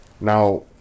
Now